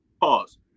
Pause